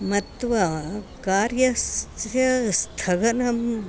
मत्वा कार्यस्य स्थगनम्